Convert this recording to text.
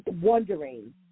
wondering